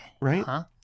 right